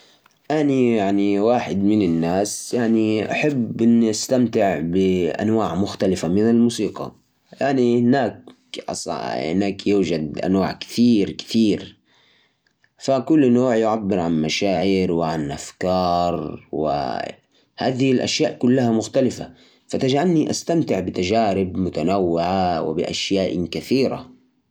أنا عادةً أحب أستمع لموسيقى حجازية بس كمان أستمتع بأنواع ثانية مثل الطرب الأصيل والموسيقى الحديثة كل نوع له جوه ومميزاته وهذا يعطيني تنوع فالاستمتاع بالموسيقى حسب مزاجي أحياناً أحب أغير جوه وأسمع ألحان جديدة وهذا يعني تجربة جديدة